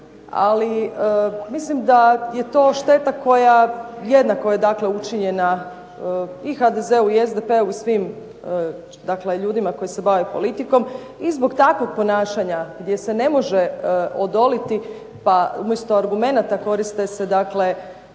Ali mislim da je to šteta koja jednako je učinjena i HDZ-u i SDP-u i svim ljudima koji se bave politikom i zbog takvog ponašanja gdje se ne može odoliti pa umjesto argumenata koriste se dakle